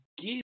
give